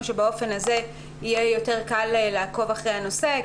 שבאופן הזה יהיה יותר קל לעקוב אחרי הנושא.